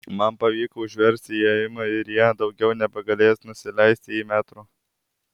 man pavyko užversti įėjimą ir jie daugiau nebegalės nusileisti į metro